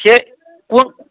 সেই কোন